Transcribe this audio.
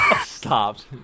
Stopped